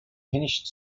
finished